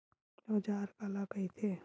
औजार काला कइथे?